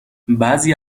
بعضی